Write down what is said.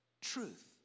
truth